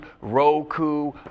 Roku